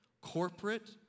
Corporate